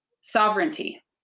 sovereignty